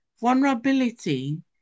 vulnerability